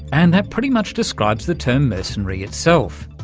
and that pretty much describes the term mercenary itself.